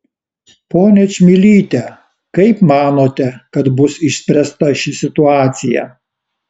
ponia čmilyte kaip manote kad bus išspręsta ši situacija